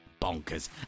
bonkers